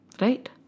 Right